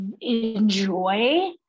enjoy